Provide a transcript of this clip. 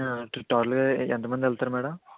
టోటల్గా ఎంతమంది వెళ్తారు మేడం